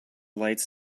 lights